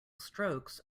strokes